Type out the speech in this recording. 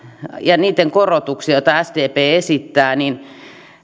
ja niitten korotuksia joita sdp esittää